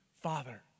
father